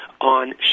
on